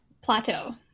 plateau